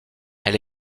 elle